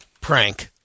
prank